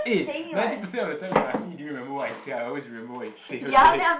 eh ninety percent of the time you ask me do you remember what I say I always remember what you say okay